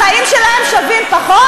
החיים שלהן שווים פחות?